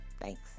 Thanks